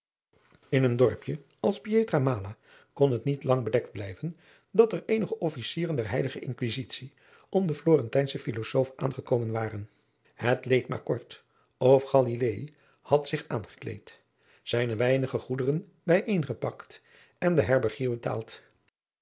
in een dorpje als pietra mala kon het niet lang bedekt blijven dat er eenige officieren der heilige inquisitie om den florentijnschen filozoof aangekomen waren het leed maar kort of galilaei had zich aangekleed zijn weinige goederen bijeengepakt en den